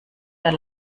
der